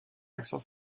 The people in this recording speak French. accent